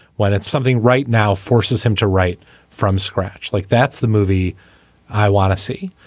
well that's something right now forces him to write from scratch like that's the movie i want to see.